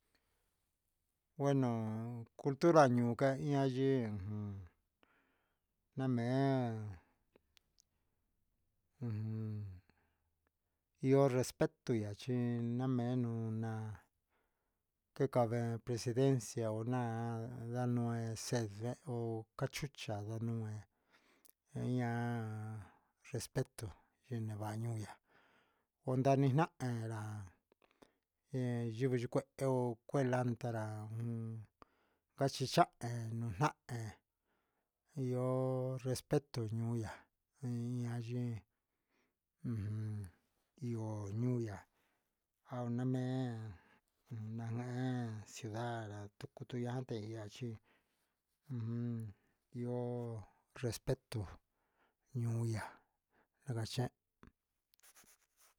Bueno cultura ñoo ka ihá yee, jan namen ujun ihó respeto ña chí ñamenuna, tekuaven presidencia ona'a namen ecedió deó cachucha ndenoé, iin ña'a respeto ñavanioña onavina ndeguerá, en yivii ni kué kuelandala jun naxhicha kuna'a en ihó respeto ihó ya'á iin ña yii, ujun ihó ñuu ya'á kaunamen ciudad tukutuya xhí ujun ni'ó respeto ñoo ya'a ndakache.